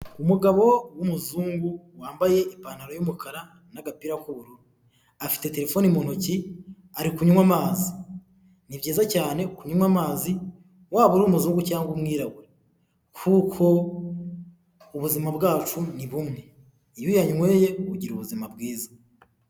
Umugabo w'umuzungu wambaye ipantaro y'umukara n'agapira k'uburu, afite telefone mu ntoki, ari kunywa amazi, ni byiza cyane kunywa amazi waba uri umuzungu cyangwa umwirabura, kuko ubuzima bwacu ni bumwe, iyo uyanyweye ugira ubuzima bwiza.